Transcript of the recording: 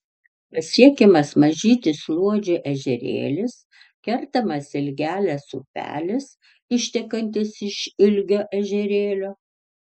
pasiekiamas mažytis luodžio ežerėlis kertamas ilgelės upelis ištekantis iš ilgio ežerėlio